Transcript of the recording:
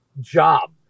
job